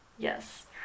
Yes